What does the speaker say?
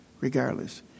regardless